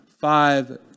five